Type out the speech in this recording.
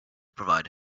provided